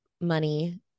money